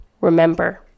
Remember